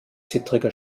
zittriger